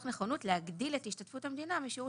תוך נכונות להגדיל את השתתפות המדינה משיעור